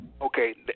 okay